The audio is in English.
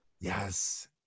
yes